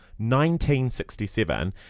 1967